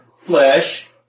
flesh